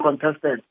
contested